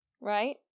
right